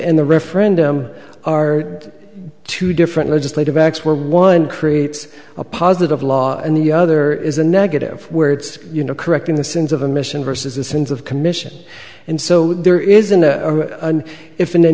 the referendum are two different legislative acts where one creates a positive law and the other is a negative where it's you know correcting the sins of omission versus the sins of commission and so there isn't a if a